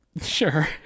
Sure